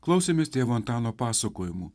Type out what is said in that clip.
klausėmės tėvo antano pasakojimų